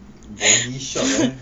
body shop eh